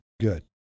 Good